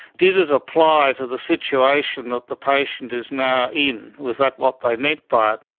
did it apply to the situation that the patient is now in? was that what they meant by it?